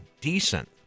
decent